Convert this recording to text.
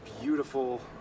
beautiful